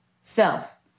self